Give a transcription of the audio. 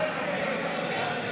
נתקבלה.